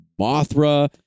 Mothra